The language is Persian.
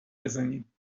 بزنیم